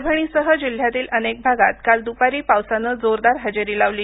परभणीसह जिल्ह्यातील अनेक भागात काल दुपारी पावसाने जोरदार हजेरी लावली